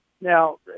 Now